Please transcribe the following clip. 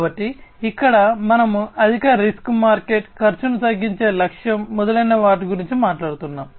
కాబట్టి ఇక్కడ మనము అధిక రిస్క్ మార్కెట్ ఖర్చును తగ్గించే లక్ష్యం మొదలైన వాటి గురించి మాట్లాడుతున్నాము